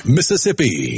Mississippi